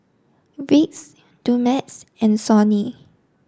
Vicks Dumex and Sony